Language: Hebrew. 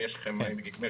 האם יש לכם תובנות?